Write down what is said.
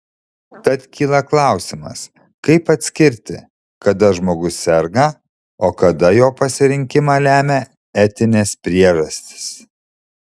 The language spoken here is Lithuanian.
tad kyla klausimas kaip atskirti kada žmogus serga o kada jo pasirinkimą lemia etinės priežastys